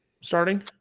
starting